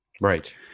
Right